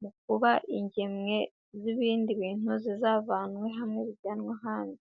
mu kuba ingemwe z'ibindi bintu, zizavanwe hamwe zijyanwe ahandi.